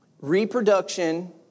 reproduction